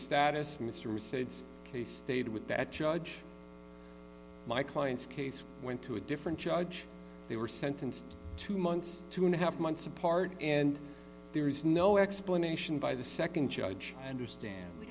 status mr state's case stayed with that judge my client's case went to a different judge they were sentenced two months two and a half months apart and there is no explanation by the nd judge understand